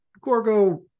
gorgo